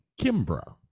Kimbra